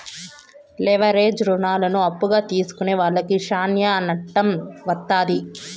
leverage రుణాలను అప్పుగా తీసుకునే వాళ్లకి శ్యానా నట్టం వత్తాది